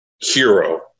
hero